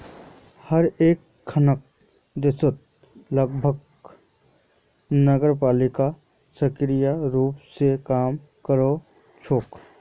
हर एकखन देशत लगभग नगरपालिका सक्रिय रूप स काम कर छेक